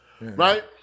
right